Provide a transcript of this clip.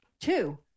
Two